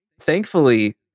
thankfully